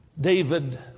David